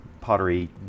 pottery